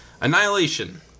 Annihilation